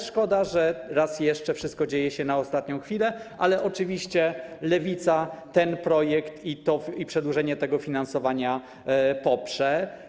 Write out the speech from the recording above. Szkoda, że raz jeszcze wszystko dzieje się na ostatnią chwilę, ale oczywiście Lewica ten projekt i przedłużenie tego finansowania poprze.